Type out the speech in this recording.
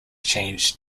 changed